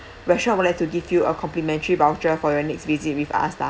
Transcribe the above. restaurant would like to give you a complimentary voucher for your next visit with us lah